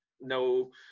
no